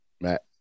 Matt